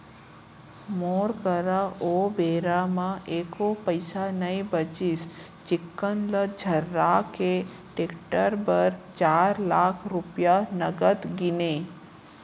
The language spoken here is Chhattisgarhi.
मोर करा ओ बेरा म एको पइसा नइ बचिस चिक्कन ल झर्रा के टेक्टर बर चार लाख रूपया नगद गिनें